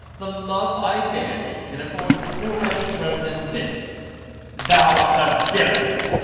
the love i bear thee can afford no better term than this thou art a villain.